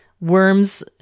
worms